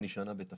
אני שנה בתפקיד